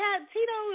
Tito